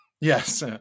yes